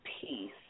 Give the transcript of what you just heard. peace